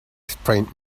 sprained